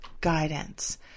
guidance